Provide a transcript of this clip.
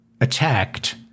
attacked